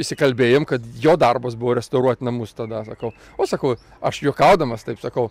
išsikalbėjom kad jo darbas buvo restauruot namus tada sakau o sakau aš juokaudamas taip sakau